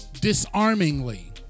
disarmingly